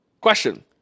Question